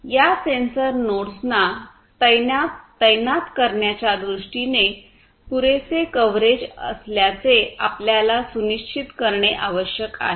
या सेन्सर नोड्सना तैनात करण्याच्या दृष्टीने पुरेशे कव्हरेज असल्याचे आपल्याला सुनिश्चित करणे आवश्यक आहे